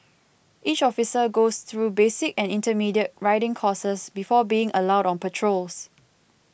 each officer goes through basic and intermediate riding courses before being allowed on patrols